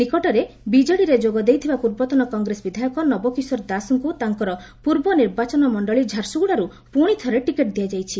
ନିକଟରେ ବିଜେଡ଼ିରେ ଯୋଗ ଦେଇଥିବା ପୂର୍ବତନ କଂଗ୍ରେସ ବିଧାୟକ ନବ କିଶୋର ଦାସଙ୍କୁ ତାଙ୍କର ପୂର୍ବ ନିର୍ବାଚନ ମଣ୍ଡଳୀ ଝାରସୁଗୁଡ଼ାରୁ ପୁଣି ଥରେ ଟିକେଟ୍ ଦିଆଯାଇଛି